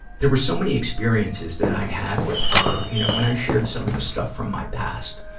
there were so many experiences that i had with her. you know, when i shared some of the stuff from my past,